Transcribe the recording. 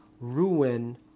ruin